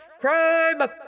crime